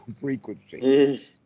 frequency